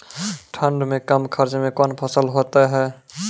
ठंड मे कम खर्च मे कौन फसल होते हैं?